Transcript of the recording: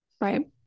Right